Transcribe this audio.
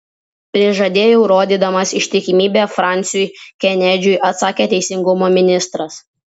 prižadėjau rodydamas ištikimybę fransiui kenedžiui atsakė teisingumo ministras